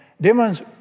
Demons